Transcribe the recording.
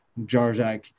Jarzak